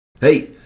Hey